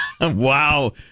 Wow